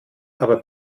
aber